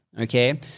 Okay